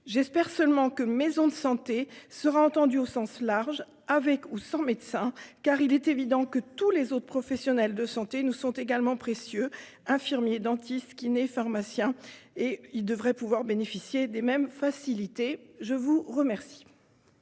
l'expression « maison de santé » sera entendue au sens large, avec ou sans médecin, car il est évident que tous les autres professionnels de santé nous sont également précieux. Infirmiers, dentistes, kinésithérapeutes, pharmaciens : tous devraient pouvoir bénéficier des mêmes facilités. La parole